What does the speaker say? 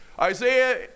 Isaiah